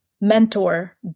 mentor